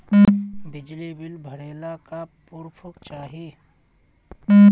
बिजली बिल भरे ला का पुर्फ चाही?